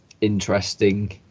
interesting